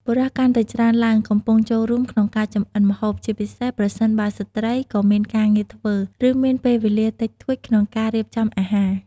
បុរសកាន់តែច្រើនឡើងកំពុងចូលរួមក្នុងការធ្វើម្ហូប ជាពិសេសប្រសិនបើស្ត្រីក៏មានការងារធ្វើ ឬមានពេលវេលាតិចតួចក្នុងការរៀបចំអាហារ។